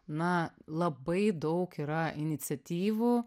na labai daug yra iniciatyvų